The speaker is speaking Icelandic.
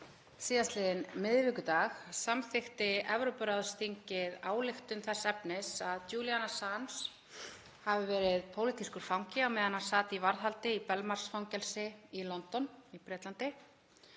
Síðastliðinn miðvikudag samþykkti Evrópuráðsþingið ályktun þess efnis að Julian Assange hafi verið pólitískur fangi á meðan hann sat í varðhaldi í Belmarsh-fangelsi í London í Bretlandi